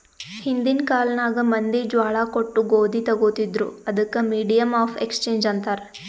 ಹಿಂದಿನ್ ಕಾಲ್ನಾಗ್ ಮಂದಿ ಜ್ವಾಳಾ ಕೊಟ್ಟು ಗೋದಿ ತೊಗೋತಿದ್ರು, ಅದಕ್ ಮೀಡಿಯಮ್ ಆಫ್ ಎಕ್ಸ್ಚೇಂಜ್ ಅಂತಾರ್